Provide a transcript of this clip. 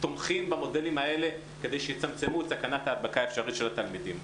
תומכים במודלים האלה כדי שיצמצמו את סכנת ההתדבקות האפשרית של התלמידים.